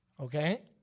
okay